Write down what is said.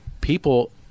people